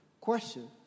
question